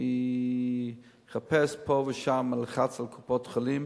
אני אחפש פה ושם, אלחץ על קופות-החולים,